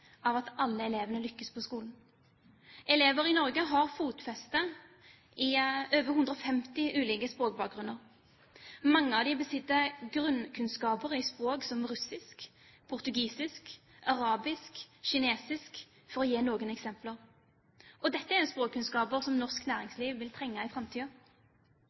av at alle elevene lykkes på skolen. Elever i Norge har fotfeste i over 150 ulike språkbakgrunner. Mange av dem besitter grunnkunnskaper i språk som russisk, portugisisk, arabisk og kinesisk, for å gi noen eksempler. Dette er språkkunnskaper som norsk næringsliv vil trenge i